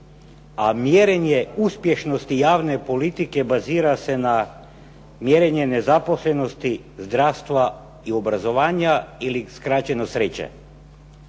A mjerenje uspješnosti javne politike bazira se na mjerenje nezaposlenosti, zdravstva i obrazovanja ili skraćeno sreće.